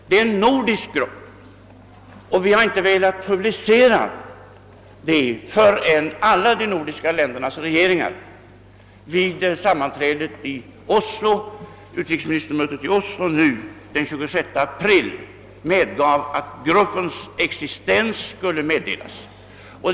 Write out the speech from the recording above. Vi har en nordisk grupp, och vi har inte velat publicera någonting om dess verksamhet förrän alla de nordiska ländernas regeringar vid utrikesministermötet i Oslo den 25—26 april medgav att gruppens existens skulle tillkännages.